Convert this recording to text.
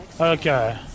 Okay